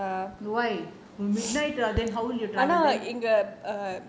why at night then how will you travel